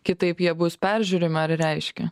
kitaip jie bus peržiūrimi ar reiškia